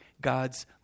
God's